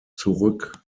zurück